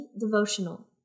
devotional